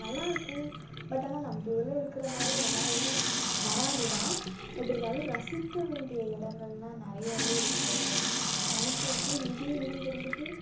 நல்லா இருக்கும் பட் ஆனால் நம்ப ஊரில் இருக்கிற மாதிரி வராதுன்னு வராது தான் பட் இருந்தாலும் ரசிக்க வேண்டிய இடங்கள்லாம் நிறையவே இருக்குது அதில் நமக்கு வந்து இங்கேயே இருந்து இருந்துகிட்டு